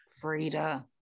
frida